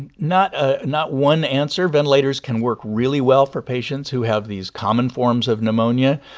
and not ah not one answer. ventilators can work really well for patients who have these common forms of pneumonia,